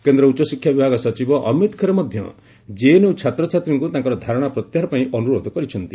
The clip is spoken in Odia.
କେନ୍ଦ୍ର ଉଚ୍ଚଶିକ୍ଷା ବିଭାଗ ସଚିବ ଅମିତ ଖରେ ମଧ୍ୟ ଜେଏନ୍ୟୁ ଛାତ୍ରଛାତ୍ରୀଙ୍କୁ ତାଙ୍କର ଧାରଣା ପ୍ରତ୍ୟାହାର ପାଇଁ ଅନୁରୋଧ କରିଛନ୍ତି